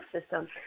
system